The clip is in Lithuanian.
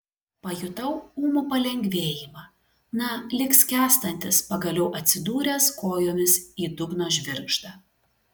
pajutau ūmų palengvėjimą na lyg skęstantis pagaliau atsidūręs kojomis į dugno žvirgždą